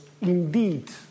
indeed